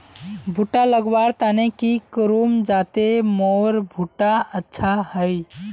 भुट्टा लगवार तने की करूम जाते मोर भुट्टा अच्छा हाई?